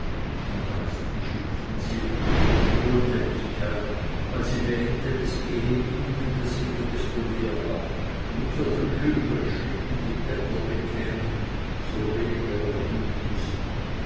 am meisten schimpften sie über die große wohltätigkeit weil sie wähnten es gehe ihnen deswegen desto mehr ab und so viel küchelschnitte die bettler bekämen so viel weniger erhielten sie